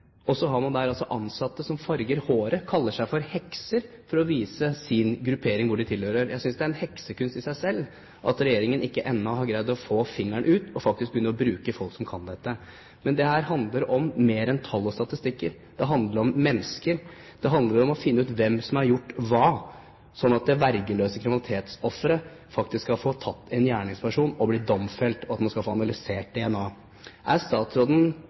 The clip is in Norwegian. og med bedre kvalitet enn det RMI faktisk gjør. Så har man ansatte som farger håret og kaller seg for hekser for å vise sin gruppering, hvor de tilhører. Jeg synes det er en heksekunst i seg selv at regjeringen ennå ikke har greid å få fingeren ut og faktisk begynner å bruke folk som kan dette. Men dette handler om mer enn tall og statistikker. Det handler om mennesker, det handler om å finne ut hvem som har gjort hva, slik at man av hensyn til vergeløse kriminalitetsofre faktisk skal få tatt og domfelt en gjerningsperson, og at man skal få analysert DNA.